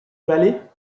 palais